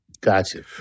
Gotcha